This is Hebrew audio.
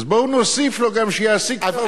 אז בוא נוסיף לו גם שיעסיק את העובדים.